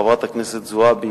חברת הכנסת זועבי,